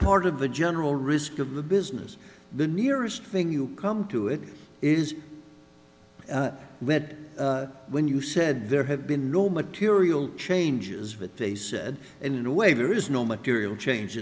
part of the general risk of the business the nearest thing you come to it is red when you said there have been no material changes but they said in a way there is no material change